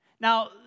Now